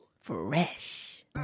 Fresh